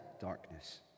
darkness